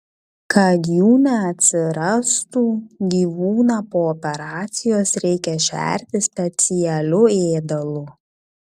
kad jų neatsirastų gyvūną po operacijos reikia šerti specialiu ėdalu